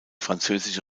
französische